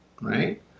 right